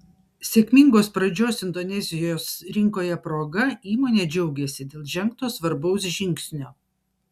sėkmingos pradžios indonezijos rinkoje proga įmonė džiaugiasi dėl žengto svarbaus žingsnio